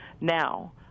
now